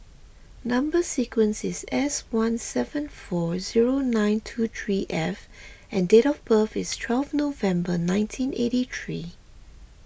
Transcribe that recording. Number Sequence is S one seven four zero nine two three F and date of birth is twelve November nineteen eighty three